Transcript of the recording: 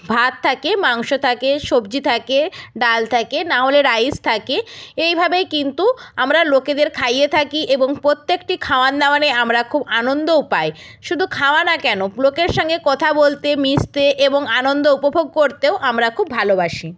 ভাত থাকে মাংস থাকে সবজি থাকে ডাল থাকে নাহলে রাইস থাকে এই ভাবেই কিন্তু আমরা লোকেদের খাইয়ে থাকি এবং প্রত্যেকটি খাওয়ান দাওয়ানে আমরা খুব আনন্দও পায় শুধু খাওয়া না কেন লোকের সঙ্গে কথা বলতে মিশতে এবং আনন্দ উপভোগ করতেও আমরা খুব ভালোবাসি